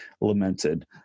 lamented